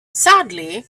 sadly